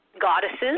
goddesses